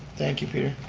thank you peter.